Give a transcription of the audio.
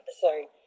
Sorry